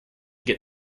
get